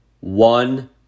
one